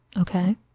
Okay